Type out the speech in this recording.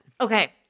Okay